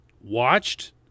watched